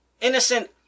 innocent